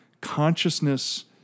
consciousness